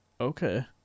Okay